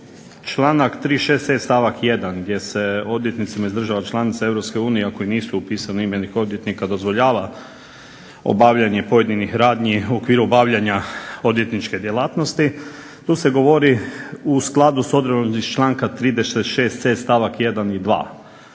članak 36.c, stavak 1. gdje se odvjetnicima iz država članica Europske unije, a koji nisu upisani u imenik odvjetnika dozvoljava obavljanje pojedinih radnji u okviru obavljanja odvjetničke djelatnosti, tu se govori u skladu s odredbom iz članka 36.c stavak 1. i 2.